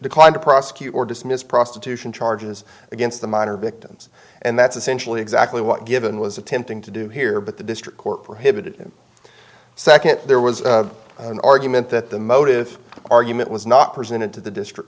declined to prosecute or dismiss prostitution charges against the minor victims and that's essentially exactly what given was attempting to do here but the district court for him second there was an argument that the motive argument was not presented to the district